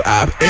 app